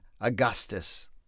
Augustus